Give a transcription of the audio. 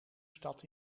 stad